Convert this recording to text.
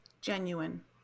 Genuine